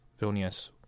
Vilnius